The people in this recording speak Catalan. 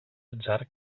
atzar